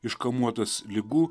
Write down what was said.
iškamuotas ligų